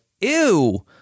ew